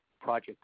project